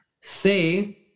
Say